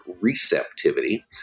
receptivity